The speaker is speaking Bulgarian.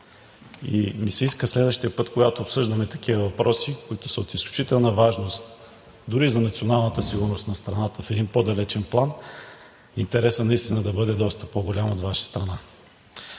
и ми се иска следващия път, когато обсъждаме такива въпроси, които са от изключителна важност дори за националната сигурност на страната в един по-далечен план, интересът наистина да бъде доста по-голям от Ваша страна.